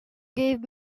gave